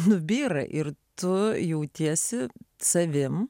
nubyra ir tu jautiesi savimi